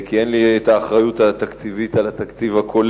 כי אין לי האחריות התקציבית על התקציב הכולל.